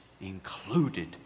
included